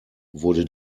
wurde